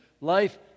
life